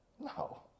No